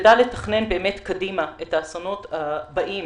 לתכנן באמת קדימה את האסונות הבאים,